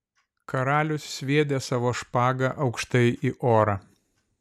karalius sviedė savo špagą aukštai į orą